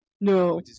No